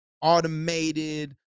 automated